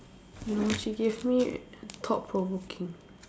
you know she gave me thought provoking